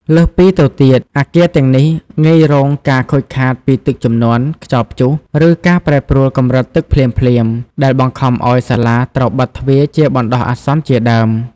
លើសពីទៅទៀតអគារទាំងនេះងាយរងការខូចខាតពីទឹកជំនន់ ខ្យល់ព្យុះ ឬការប្រែប្រួលកម្រិតទឹកភ្លាមៗ ដែលបង្ខំឱ្យសាលាត្រូវបិទទ្វារជាបណ្តោះអាសន្នជាដើម។